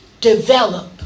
develop